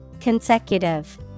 Consecutive